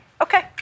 okay